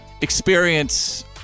experience